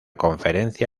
conferencia